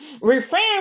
refrain